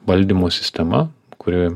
valdymo sistema kuri